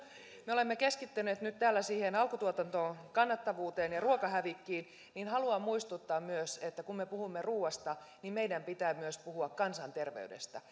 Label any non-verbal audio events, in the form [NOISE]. me olemme keskittyneet nyt täällä siihen alkutuotantoon kannattavuuteen ja ruokahävikkiin niin haluan muistuttaa myös että kun me puhumme ruuasta niin meidän pitää puhua myös kansanterveydestä [UNINTELLIGIBLE]